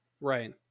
right